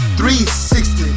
360